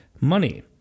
money